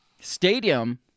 Stadium